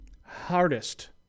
hardest